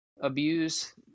abuse